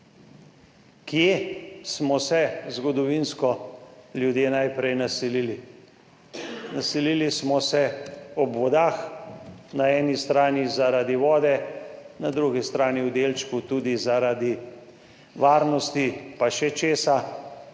Kje smo se zgodovinsko ljudje najprej naselili. Naselili smo se ob vodah, na eni strani zaradi vode, na drugi strani v delčku tudi zaradi varnosti, pa še česa.